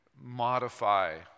modify